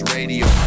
Radio